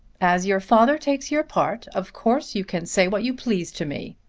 as your father takes your part of course you can say what you please to me.